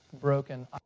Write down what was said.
broken